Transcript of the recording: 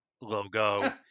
logo